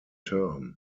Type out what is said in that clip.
term